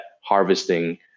harvesting